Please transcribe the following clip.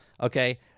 okay